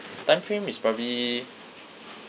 time frame is probably